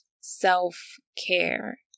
self-care